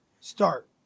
start